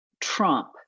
trump